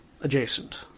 adjacent